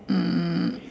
um